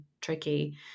tricky